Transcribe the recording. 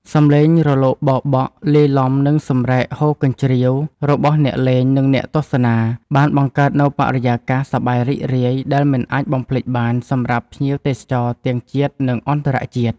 សម្លេងរលកបោកបក់លាយឡំនឹងសម្រែកហ៊ោរកញ្ជ្រៀវរបស់អ្នកលេង និងអ្នកទស្សនា បានបង្កើតនូវបរិយាកាសសប្បាយរីករាយដែលមិនអាចបំភ្លេចបានសម្រាប់ភ្ញៀវទេសចរទាំងជាតិនិងអន្តរជាតិ។